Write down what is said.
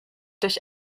durch